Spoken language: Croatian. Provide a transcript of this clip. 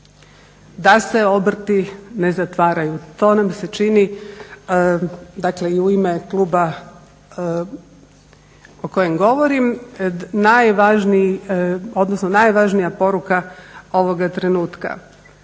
Da se obrti ne zatvaraju. To nam se čini dakle i u ime kluba o kojem govorim najvažnija poruka ovoga trenutka.